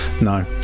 No